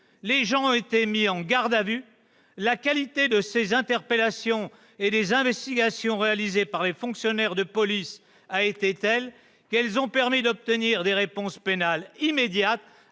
Les individus ont été mis en garde à vue. La qualité de ces interpellations et des investigations réalisées par les fonctionnaires de police a été telle que des réponses pénales immédiates